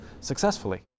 successfully